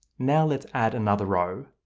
now let's add another row.